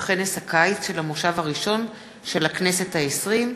בכנס הקיץ של המושב הראשון של הכנסת העשרים,